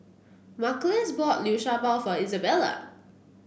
Marcellus bought Liu Sha Bao for Isabela